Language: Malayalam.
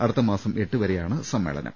അടുത്തമാസം എട്ടുവരെയാണ് സമ്മേളനം